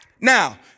Now